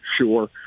Sure